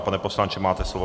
Pane poslanče, máte slovo.